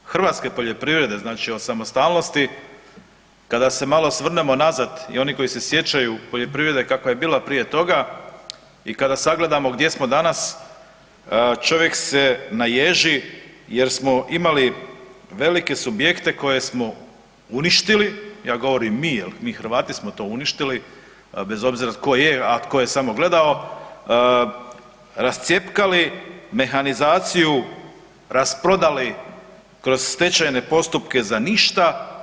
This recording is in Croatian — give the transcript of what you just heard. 30.g. hrvatske poljoprivrede, znači od samostalnosti kada se malo osvrnemo nazad i oni koji se sjećaju poljoprivrede kakva je bila prije toga i kada sagledamo gdje smo danas čovjek se naježi jer smo imali velike subjekte koje smo uništili, ja govorim mi jel mi Hrvati smo to uništili bez obzira ko je, a tko je samo gledao, rascjepkali mehanizaciju, rasprodali kroz stečajne postupke za ništa.